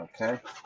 Okay